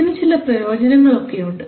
ഇതിന് ചില പ്രയോജനങ്ങൾ ഒക്കെ ഉണ്ട്